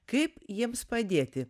kaip jiems padėti